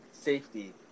safety